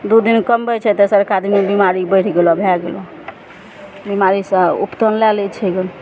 दू दिन कमबै छै तेसरका दिनमे बिमारी बैढ़ि गेल भए गेलऽ बिमारी सऽ उपटन लए लै छै जनु